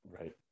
Right